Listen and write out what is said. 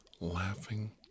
laughing